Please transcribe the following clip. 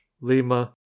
Lima